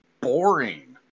boring